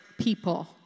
people